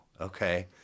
Okay